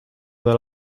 the